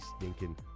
stinking